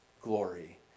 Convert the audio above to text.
glory